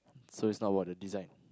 so it's not about the design